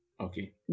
Okay